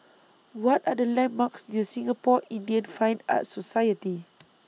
What Are The landmarks near Singapore Indian Fine Arts Society